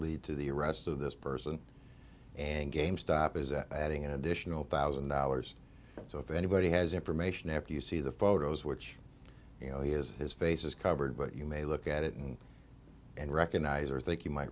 lead to the arrest of this person and game stop is adding additional thousand dollars so if anybody has information if you see the photos which you know he is his face is covered but you may look at it and and recognize or think you might